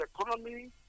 economy